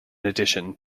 addition